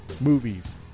movies